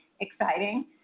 exciting